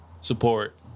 support